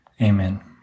amen